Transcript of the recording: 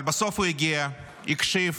אבל בסוף הוא הגיע, הקשיב